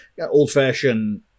old-fashioned